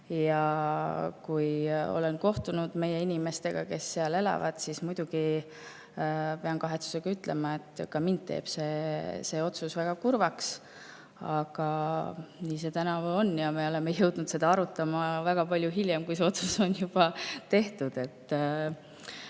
ma olen kohtunud meie inimestega, kes seal elavad, siis olen muidugi pidanud kahetsusega ütlema, et ka mind teeb see otsus väga kurvaks. Aga nii see tänavu on. Me oleme jõudnud seda arutama hakata väga palju hiljem, [pärast seda,] kui see otsus on juba tehtud.